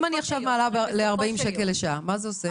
אם אני מעלה עכשיו ל-40 שקל לשעה, מה זה עושה?